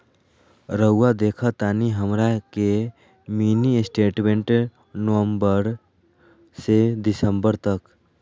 रहुआ देखतानी हमरा के मिनी स्टेटमेंट नवंबर से दिसंबर तक?